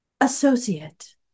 associate